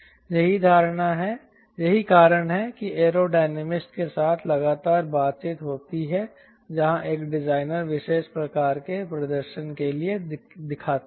तो यही कारण है कि एयरो डायनामिस्ट के साथ लगातार बातचीत होती है जहां एक डिजाइनर विशेष प्रकार के प्रदर्शन के लिए दिखता है